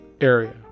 area